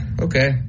okay